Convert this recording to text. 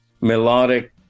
melodic